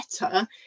better